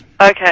Okay